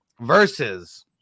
versus